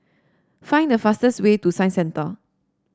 find the fastest way to Science Centre